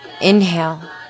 Inhale